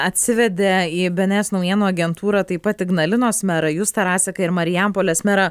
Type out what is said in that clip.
atsivedė į bėnėes naujienų agentūrą taip pat ignalinos merą justą rasiką marijampolės merą